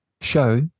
show